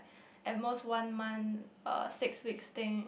at most one month uh six weeks thing